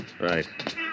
Right